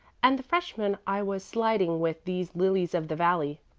and the freshman i was sliding with these lilies-of-the-valley.